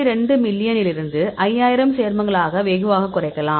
2 மில்லியனிலிருந்து 5000 சேர்மங்களாக வெகுவாகக் குறைக்கலாம்